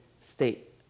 state